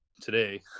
today